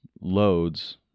loads